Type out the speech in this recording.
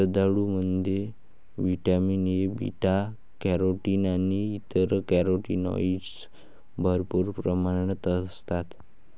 जर्दाळूमध्ये vitamin A, beta carotene आणि इतर कॅरोटीनॉइड्स भरपूर प्रमाणात असतात